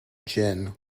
jin